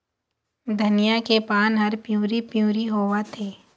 धनिया के पान हर पिवरी पीवरी होवथे?